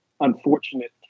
unfortunate